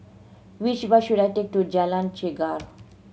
which bus should I take to Jalan Chegar